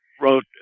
wrote